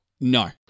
No